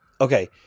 Okay